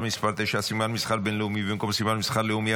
(מס' 9) (סימן מסחר בין-לאומי במקום סימן מסחר לאומי),